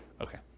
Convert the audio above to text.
Okay